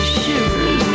shivers